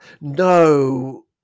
no